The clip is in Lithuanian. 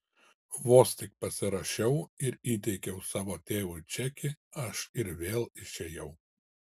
vos tik pasirašiau ir įteikiau savo tėvui čekį aš ir vėl išėjau